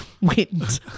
Wind